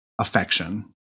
affection